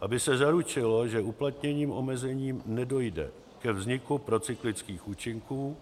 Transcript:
Aby se zaručilo, že uplatněním omezení nedojde ke vzniku procyklických účinků,